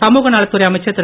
சமூக நலத்துறை அமைச்சர் திரு